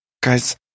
Guys